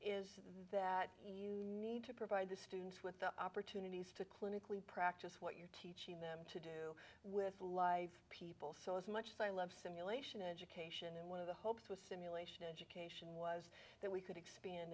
is that need to provide the students with the opportunities to clinically practice what you teach in them to do with live people so as much as i love simulation education one of the hopes was syndication was that we could expand